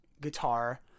guitar